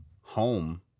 home